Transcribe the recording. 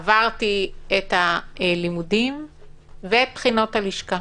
עברתי את הלימודים ובחינות הלשכה.